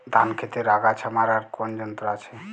ধান ক্ষেতের আগাছা মারার কোন যন্ত্র আছে?